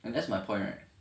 and that's my point right